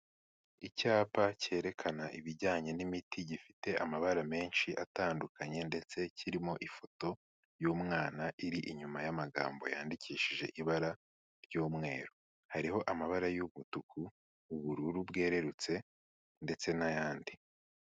Icyapa cyerekana ibijyanye n'imiti gifite amabara menshi atandukanye ndetse kirimo ifoto y'umwana iri inyuma y'amagambo yandikishije ibara ry'umweru, hariho amabara y'umutuku, ubururu bwererutse ndetse n'ayandi.